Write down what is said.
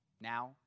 now